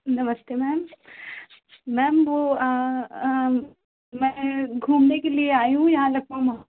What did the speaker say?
नमस्ते ma'am ma'am वो मैं घूमने के लिए आई हूँ यहाँ लखनऊ में